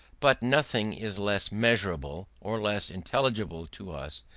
but nothing is less measurable, or less intelligible to us,